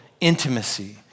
intimacy